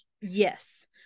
Yes